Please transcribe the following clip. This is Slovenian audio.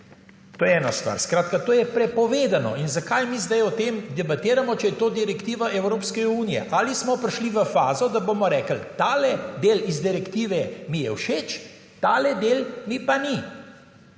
To je ena stvar. Skratka, to je prepovedano. In zakaj mi zdaj o tem debatiramo, če je to direktiva Evropske unije. Ali smo prišli v fazo, da bomo rekli: »ta del iz direktive mi je všeč, ta del mi pa ni.«